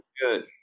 good